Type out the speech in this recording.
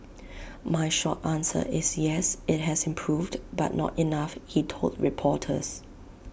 my short answer is yes IT has improved but not enough he told reporters